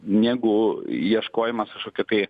negu ieškojimas kažkokio tai